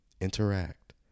Interact